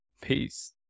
peace